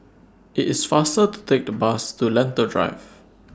IT IS faster to Take The Bus to Lentor Drive